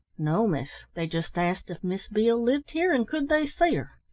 no, miss. they just asked if miss beale lived here, and could they see her.